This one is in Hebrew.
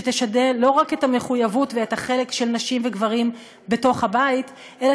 שתשנה לא רק את המחויבות ואת החלק של נשים וגברים בתוך הבית אלא